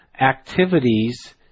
activities